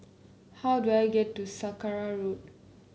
how do I get to Saraca Road